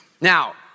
Now